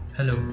Hello